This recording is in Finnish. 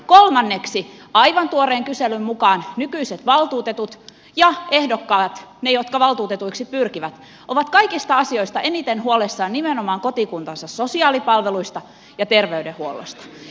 kolmanneksi aivan tuoreen kyselyn mukaan nykyiset valtuutetut ja ehdokkaat ne jotka valtuutetuiksi pyrkivät ovat kaikista asioista eniten huolissaan nimenomaan kotikuntansa sosiaalipalveluista ja terveydenhuollosta